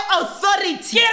authority